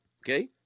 okay